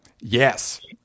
Yes